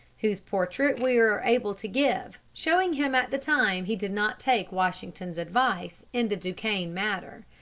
whose portrait we are able to give, showing him at the time he did not take washington's advice in the duquesne matter.